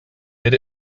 did